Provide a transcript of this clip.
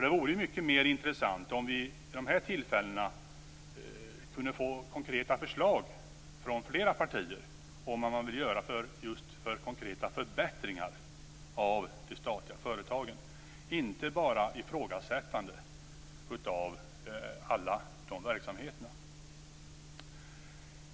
Det vore mycket mer intressant om vi vid dessa tillfällen kunde få konkreta förslag från flera partier om vilka konkreta förbättringar man vill göra av de statliga företagen, inte bara ifrågasättanden av alla de verksamheterna.